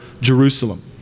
Jerusalem